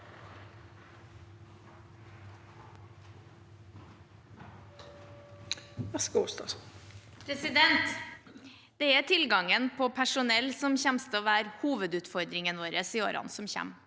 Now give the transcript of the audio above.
Det er tilgan- gen på personell som kommer til å være hovedutfordringen vår i årene som kommer.